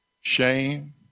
shame